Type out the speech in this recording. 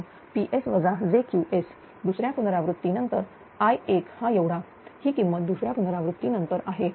म्हणून PS j QS दुसऱ्या पुनरावृत्ती नंतर I1 हा एवढा ही किंमत दुसऱ्या पुनरावृत्ती नंतर आहे